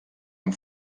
amb